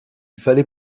fallait